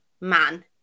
man